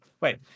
wait